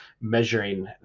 measuring